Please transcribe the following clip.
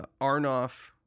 Arnoff